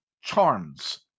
charms